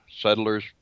settlers